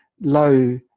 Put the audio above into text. low